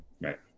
right